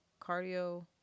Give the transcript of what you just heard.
cardio